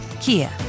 Kia